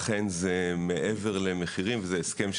לכן זה מעבר למחירים, וזה הסכם שלנו.